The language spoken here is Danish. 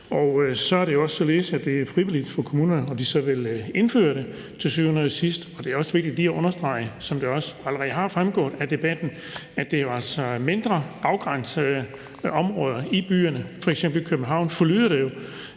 Så er det jo også således, at det er frivilligt for kommunerne, om de til syvende og sidst så vil indføre dem. Det er også vigtigt lige at understrege, som det også allerede er fremgået af debatten, at det jo altså er mindre afgrænsede områder i byerne, f.eks. i København, og det